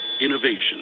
Innovation